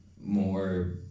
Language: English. more